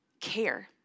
care